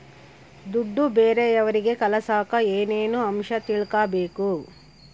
ದುಡ್ಡು ಬೇರೆಯವರಿಗೆ ಕಳಸಾಕ ಏನೇನು ಅಂಶ ತಿಳಕಬೇಕು?